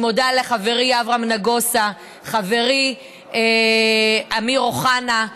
אני מודה לחברי אברהם נגוסה ולחברי אמיר אוחנה,